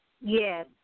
Yes